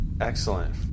Excellent